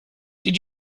did